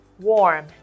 warm